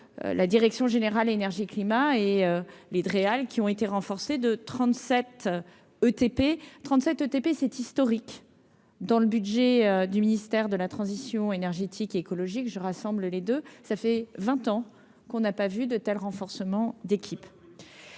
la direction générale Énergie, climat est les Dreal qui ont été renforcés de 37 ETP, 37 TP c'est historique dans le budget du ministère de la transition énergétique et écologique je rassemble les deux ça fait 20 ans qu'on n'a pas vu de tels renforcements d'équipes,